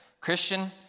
Christian